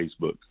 Facebook